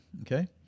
okay